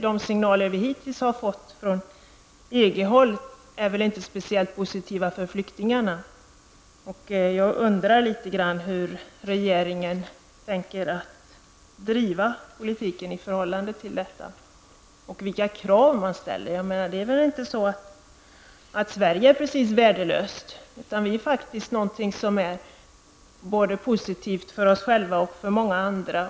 De signaler vi hittills har fått från EG-håll är väl inte speciellt positiva för flyktingarna. Jag undrar litet grand hur regeringen tänker driva politiken i förhållande till detta och vilka krav man ställer. Sverige är väl inte precis värdelöst, utan vi har mycket som är positivt både för oss själva och för många andra.